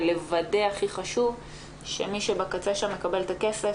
ולוודא הכי חשוב שמי שבקצה שם מקבל את הכסף,